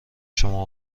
شما